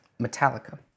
Metallica